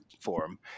forum